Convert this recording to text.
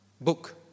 book